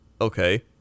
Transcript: Okay